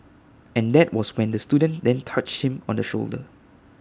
and that was when the student then touched him on the shoulder